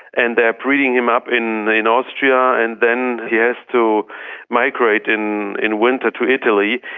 and they are breeding him up in in austria and then he has to migrate in in winter to italy,